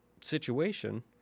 situation